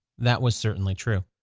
that was certainly true.